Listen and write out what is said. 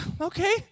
okay